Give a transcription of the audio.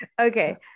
okay